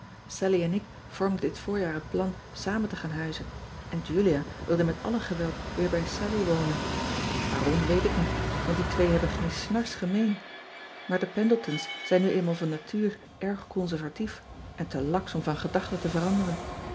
allie en ik vormden dit voorjaar het plan samen te gaan huizen en ulia wil met alle geweld weer bij allie wonen aarom weet ik niet want die twee hebben geen snars gemeen aar de endletons zijn nu eenmaal van natuur erg conservatief en te laksch om van gedachte te veranderen